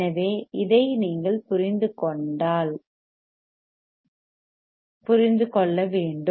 எனவே இதை நீங்கள் புரிந்து கொள்ள வேண்டும்